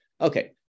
okay